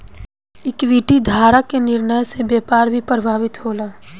equity धारक के निर्णय से व्यापार भी प्रभावित होला